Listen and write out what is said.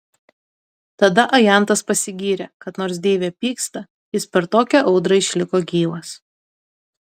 tada ajantas pasigyrė kad nors deivė pyksta jis per tokią audrą išliko gyvas